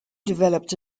developed